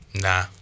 Nah